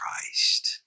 Christ